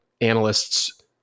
analysts